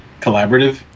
collaborative